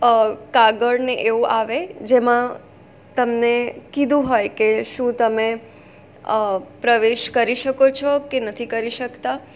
કાગળ ને એવું આવે જેમાં તમને કીધું હોય કે શું તમે પ્રવેશ કરી શકો છો કે નથી કરી શકતા